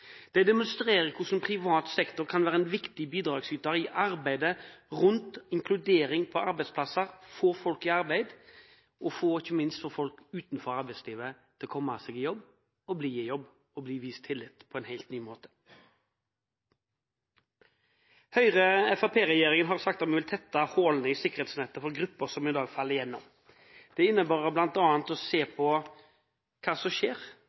De demonstrerer hvordan privat sektor kan være en viktig bidragsyter i arbeidet rundt inkludering på arbeidsplasser, og for å få folk i arbeid, og ikke minst for å få folk som står utenfor arbeidslivet, til å komme seg i jobb og bli i jobb, og dermed bli vist tillit på en helt ny måte. Høyre–Fremskrittsparti-regjeringen har sagt at vi vil tette hullene i sikkerhetsnettet for grupper som i dag faller igjennom. Det innebærer bl.a. å se på hva som skjer